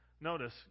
Notice